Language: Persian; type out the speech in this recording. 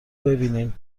ببینین